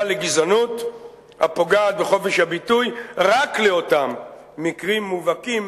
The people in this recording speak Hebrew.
לגזענות הפוגעת בחופש הביטוי רק לאותם מקרים מובהקים